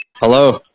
Hello